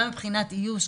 גם מבחינת איוש,